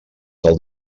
tal